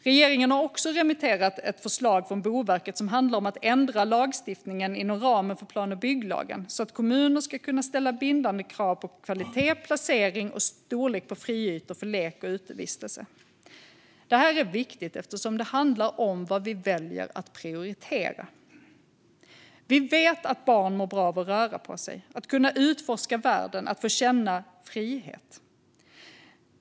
Regeringen har också remitterat ett förslag från Boverket som handlar om att ändra lagstiftningen inom ramen för plan och bygglagen, så att kommuner ska kunna ställa bindande krav på kvalitet, placering och storlek på friytor för lek och utevistelse. Det här är viktigt, eftersom det handlar om vad vi väljer att prioritera. Vi vet att barn mår bra av att röra på sig, kunna utforska världen och få känna frihet.